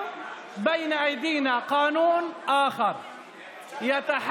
ההצעה להעביר את הצעת חוק הבטחת הכנסה (תיקון,